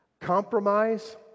Compromise